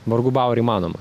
vargu bau ar įmanoma